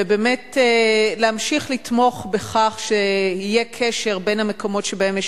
ובאמת להמשיך לתמוך בכך שיהיה קשר בין המקומות שבהם יש